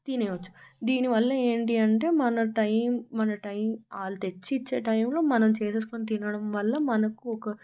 తినేయొచ్చు దీనివల్ల ఏంటి అంటే మన టైం మన టైం వాళ్ళు తెచ్చి ఇచ్చే టైంలో మనం చేసేసుకుని తినడం వల్ల మనకు ఒక